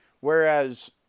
whereas